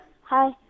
Hi